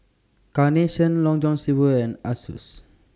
Carnation Long John Silver and Asus